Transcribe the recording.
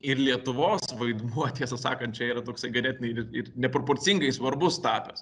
ir lietuvos vaidmuo tiesą sakant čia yra toksai ganėtinai i ir neproporcingai svarbus tapęs